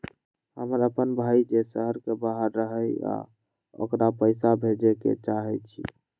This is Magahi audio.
हमर अपन भाई जे शहर के बाहर रहई अ ओकरा पइसा भेजे के चाहई छी